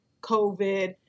covid